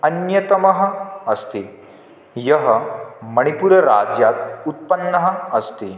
अन्यतमः अस्ति यः मणिपुरराज्यात् उत्पन्नः अस्ति